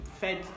fed